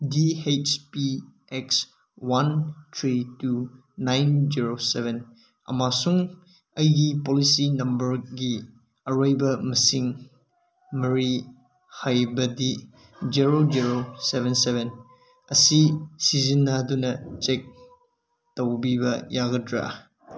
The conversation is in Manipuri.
ꯗꯤ ꯍꯩꯁ P X one three two nine zero seven ꯑꯃꯁꯨꯡ ꯑꯩꯒꯤ ꯄꯣꯂꯤꯁꯤ ꯅꯝꯕꯔꯒꯤ ꯑꯔꯣꯏꯕ ꯃꯁꯤꯡ ꯃꯔꯤ ꯍꯥꯏꯕꯗꯤ ꯖꯦꯔꯣ ꯖꯦꯔꯣ ꯁꯕꯦꯟ ꯁꯕꯦꯟ ꯑꯁꯤ ꯁꯤꯖꯤꯟꯅꯗꯨꯅ ꯆꯦꯛ ꯇꯧꯕꯤꯕ ꯌꯥꯒꯗ꯭ꯔ